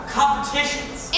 Competitions